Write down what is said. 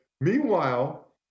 Meanwhile